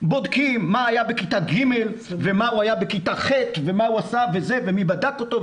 בודקים מה היה בכיתה ג' ומה הוא היה בכיתה ח' ומה הוא עשה ומי בדק אותו,